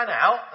out